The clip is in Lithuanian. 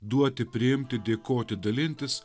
duoti priimti dėkoti dalintis